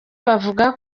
bavuga